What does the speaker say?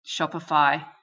Shopify